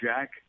Jack